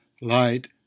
Light